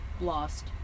Lost